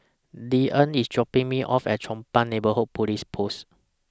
Deeann IS dropping Me off At Chong Pang Neighbourhood Police Post